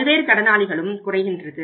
பல்வேறு கடனாளிகளும் குறைகின்றது